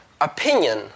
opinion